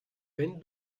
wenn